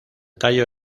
tallo